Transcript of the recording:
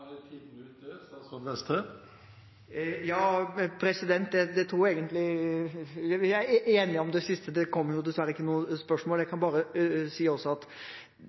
tiden ute. Vi er enige om det siste. Det kom dessverre ikke noe spørsmål. Jeg kan bare si at